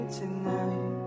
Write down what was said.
tonight